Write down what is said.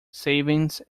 savings